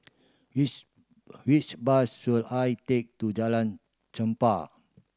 which which bus should I take to Jalan